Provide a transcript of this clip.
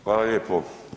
Hvala lijepo.